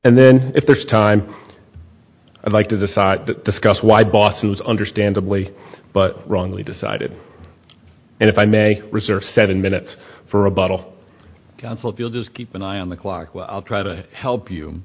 and then if there's time i'd like to decide that discuss why boston was understandably but wrongly decided and if i may reserve seven minutes for a bottle council if you'll just keep an eye on the clock well i'll try to help you